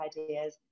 ideas